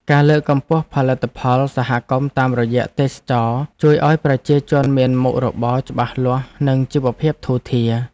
ការលើកកម្ពស់ផលិតផលសហគមន៍តាមរយៈទេសចរណ៍ជួយឱ្យប្រជាជនមានមុខរបរច្បាស់លាស់និងជីវភាពធូរធារ។